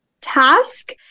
task